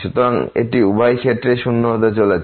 সুতরাং এটি উভয় ক্ষেত্রেই শূন্য হতে চলেছে